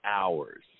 hours